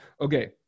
Okay